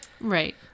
right